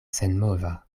senmova